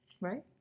right